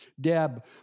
Deb